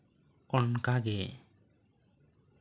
ᱚᱱᱠᱟᱜᱮ